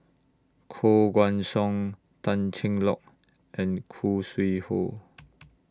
Koh Guan Song Tan Cheng Lock and Khoo Sui Hoe